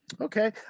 Okay